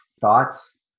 thoughts